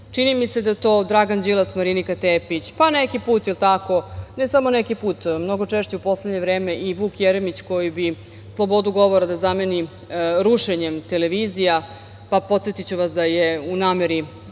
čini mi se da to Dragan Đilas, Marinika Tepić, pa, neki put, jel tako, ne samo neki put, mnogo češće u poslednje vreme, i Vuk Jeremić, koji bi slobodu govora da zameni rušenjem televizija. Podsetiću vas da je u nameri